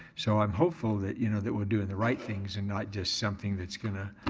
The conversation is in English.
so i'm hopeful that you know that we're doing the right things and not just something that's gonna